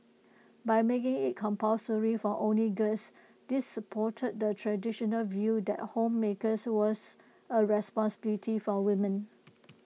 by making IT compulsory for only girls this supported the traditional view that homemakers was A responsibility for women